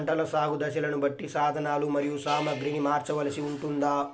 పంటల సాగు దశలను బట్టి సాధనలు మరియు సామాగ్రిని మార్చవలసి ఉంటుందా?